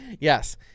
Yes